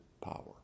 power